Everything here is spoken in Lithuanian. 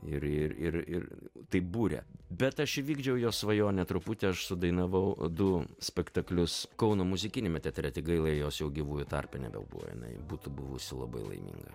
ir ir ir ir tai būrė bet aš įvykdžiau jos svajonę truputį aš sudainavau du spektaklius kauno muzikiniame teatre tik gaila jos jau gyvųjų tarpe nebebuvo jinai būtų buvusi labai laiminga